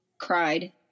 cried